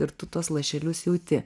ir tu tuos lašelius jauti